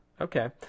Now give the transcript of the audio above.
Okay